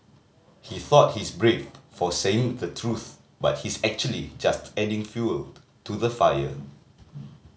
he thought he's brave for saying the truth but he's actually just adding fuel to the fire